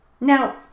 Now